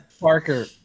Parker